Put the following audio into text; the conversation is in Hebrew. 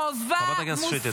חברת הכנסת שטרית, תודה.